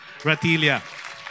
Ratilia